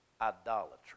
Idolatry